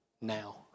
now